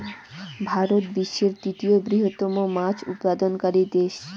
ভারত বিশ্বের তৃতীয় বৃহত্তম মাছ উৎপাদনকারী দেশ